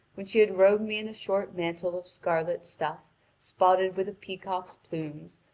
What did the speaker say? when she had robed me in a short mantle of scarlet stuff spotted with a peacock's plumes,